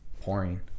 pouring